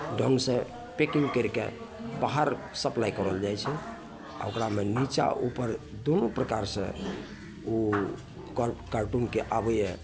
ढङ्ग से पैकिंग करिके बाहर सप्लाइ करल जाइ छै आ ओकरा लै नीचाँ ऊपर दुन्नू प्रकार से ओ कर कार्टूनके आबैए